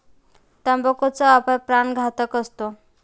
तंबाखूचा वापर प्राणघातक असतो